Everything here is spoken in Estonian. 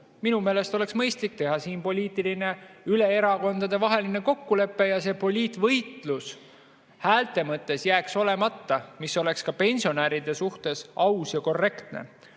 Minu meelest oleks mõistlik teha siin poliitiline erakondadevaheline kokkulepe ja see poliitvõitlus häälte mõttes jääks olemata, mis oleks ka pensionäride suhtes aus ja korrektne.